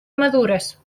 madures